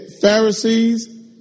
Pharisees